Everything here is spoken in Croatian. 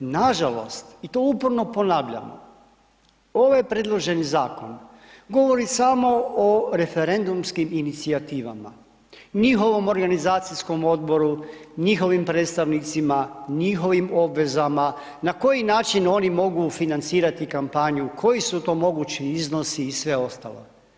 Nažalost, i to uporno ponavljam, ovaj predloženi Zakon govori samo o referendumskim inicijativama, njihovom organizacijskom odboru, njihovim predstavnicima, njihovim obvezama, na koji način oni mogu financirati kampanju, koji su to mogući iznosi i sve ostalo.